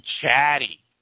chatty